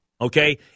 okay